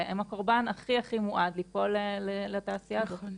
והם הקורבן הכי מועד ליפול לתעשייה הזאת.